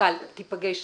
כסמנכ"ל תיפגש